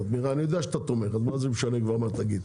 אני יודע שאתה תומך אז זה לא משנה מה תגיד.